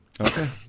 Okay